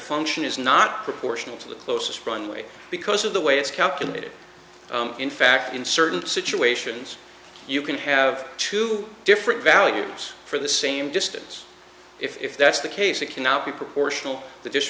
function is not proportional to the closest runway because of the way it's calculated in fact in certain situations you can have two different values for the same distance if that's the case it cannot be proportional